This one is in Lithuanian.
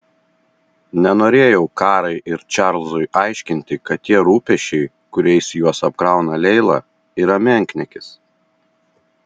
nenorėjau karai ir čarlzui aiškinti kad tie rūpesčiai kuriais juos apkrauna leila yra menkniekis